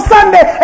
Sunday